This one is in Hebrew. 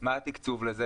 מה התקצוב לזה?